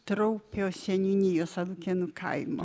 traupio seniūnijos alukėnų kaimo